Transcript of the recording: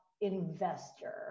investor